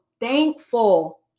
thankful